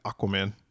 Aquaman